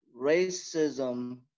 racism